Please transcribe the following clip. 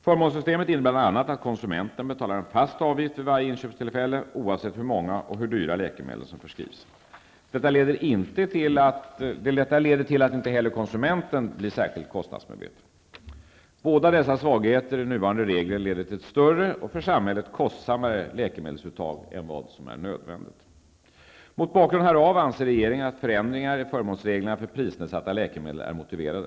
Förmånssystemet innebär bl.a. att konsumenten betalar en fast avgift vid varje inköpstillfälle, oavsett hur många och hur dyra läkemedel som förskrivs. Detta leder till att inte heller konsumenten blir särskilt kostnadsmedveten. Båda dessa svagheter i nuvarande förmånsregler leder till ett större och för samhället kostsammare läkemedelsuttag än vad som är nödvändigt. Mot bakgrund härav anser regeringen att förändringar i förmånsreglerna för prisnedsatta läkemedel är motiverade.